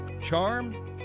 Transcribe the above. charm